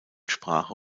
sprache